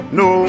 no